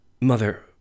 Mother